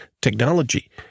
technology